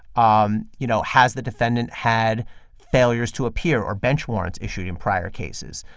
um you know, has the defendant had failures to appear or bench warrants issued in prior cases?